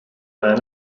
man